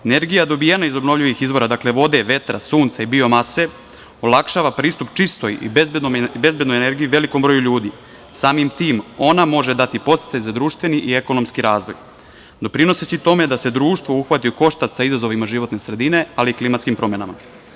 Energija dobijena iz obnovljivih izvora, dakle, vode, vetra, sunca i biomase olakšava pristup čistoj i bezbednoj energiji velikom broju ljudi, samim tim ona može dati podsticaj za društveni i ekonomski razvoj, doprinoseći tome da se društvo uhvati u koštac sa izazovima životne sredine, ali i klimatskim promenama.